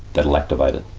that'll activate it.